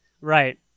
Right